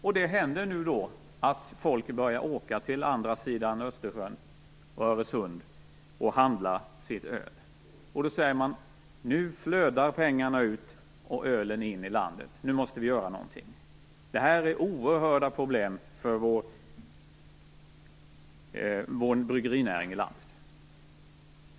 Och nu börjar folk åka till andra sidan Östersjön och Öresund för att handla sitt öl. Då säger man: Nu flödar pengarna ut ur och ölet in i landet. Nu måste vi göra någonting. Det här medför oerhörda problem för vår bryggerinäring i landet.